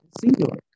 singular